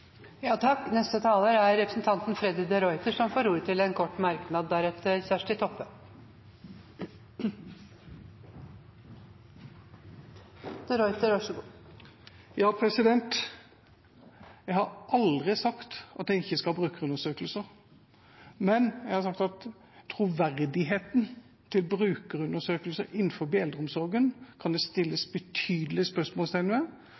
Representanten Freddy de Ruiter har hatt ordet to ganger tidligere og får ordet til en kort merknad, begrenset til 1 minutt. Jeg har aldri sagt at en ikke skal ha brukerundersøkelser, men jeg har sagt at troverdigheten ved brukerundersøkelser innen eldreomsorgen kan det settes betydelige spørsmålstegn ved.